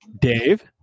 Dave